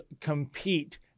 compete